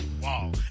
wow